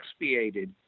expiated